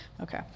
Okay